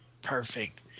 perfect